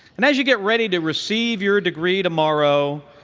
and as you get ready to receive your degree tomorrow,